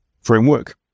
framework